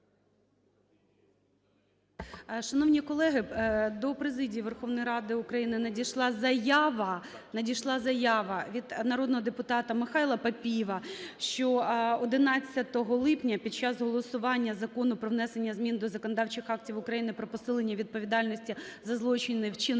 Шановні колеги, до президії Верховної Ради України надійшла заява, надійшла заява від народного депутата Михайла Папієва, що 11 липня під час голосування Закону про внесення змін до законодавчих актів України про посилення відповідальності за злочини, вчинені